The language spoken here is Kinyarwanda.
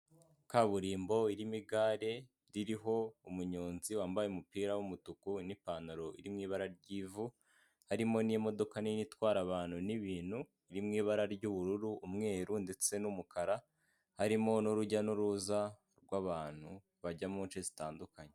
Kaburimbo irimo igare ririho umunyonzi wambaye umupira w'umutuku n'ipantaro iri mu ibara ry'ivu, harimo n'imodoka nini itwara abantu n'ibintu iri mu ibara ry'ubururu, umweru ndetse n'umukara, harimo n'urujya n'uruza rw'abantu bajya mu nce zitandukanye.